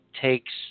takes